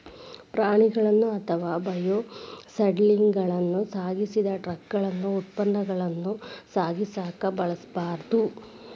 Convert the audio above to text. ಪ್ರಾಣಿಗಳನ್ನ ಅಥವಾ ಬಯೋಸಾಲಿಡ್ಗಳನ್ನ ಸಾಗಿಸಿದ ಟ್ರಕಗಳನ್ನ ಉತ್ಪನ್ನಗಳನ್ನ ಸಾಗಿಸಕ ಬಳಸಬಾರ್ದು